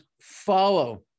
follow